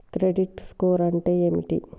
Credit score అంటే ఏమిటి?